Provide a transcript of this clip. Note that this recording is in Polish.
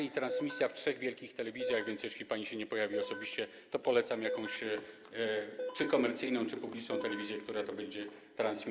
Będzie transmisja w trzech wielkich telewizjach, więc jeśli pani się nie pojawi osobiście, to polecam jakąś komercyjną czy publiczną telewizję, która to będzie transmitować.